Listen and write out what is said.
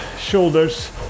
shoulders